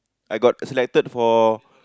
I got selected for